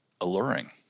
alluring